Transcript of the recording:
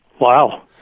Wow